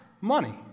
money